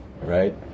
right